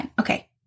okay